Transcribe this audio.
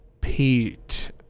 pete